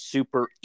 Super